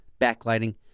backlighting